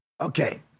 Okay